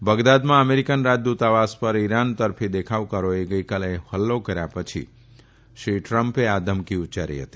બગદાદમાં American રાજદુતાવાસ પર Iran તર્ફી દેખાવકારોએ ગઇકાલે હલ્લો કર્યા પછી શ્રી ટ્રમ્પે આ ધમકી ઉચ્યારી હતી